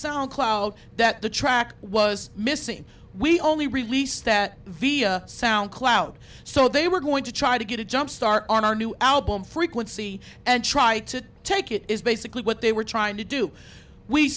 sound cloud that the track was missing we only released that via sound cloud so they were going to try to get a jump start on our new album frequency and try to take it is basically what they were trying to do we